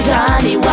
Johnny